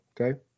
okay